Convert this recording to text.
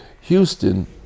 Houston